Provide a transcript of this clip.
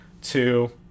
two